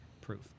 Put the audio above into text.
proof